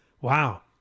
Wow